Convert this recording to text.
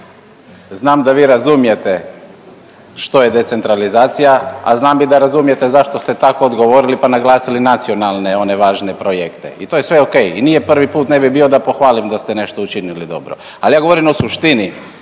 znam da vi razumijete što je decentralizacija, a znam i da razumijete zašto ste tako odgovorili pa naglasili nacionalne one važne projekte i to je sve okej i nije prvi put, ne bi bio da pohvalim da ste nešto učinili dobro. Ali ja govorim o suštini